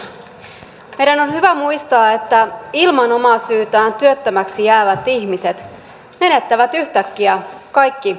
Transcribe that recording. meidän on hyvä muistaa että ilman omaa syytään työttömiksi jäävät ihmiset menettävät yhtäkkiä kaikki ansiotulonsa